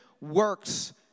works